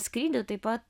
skrydį taip pat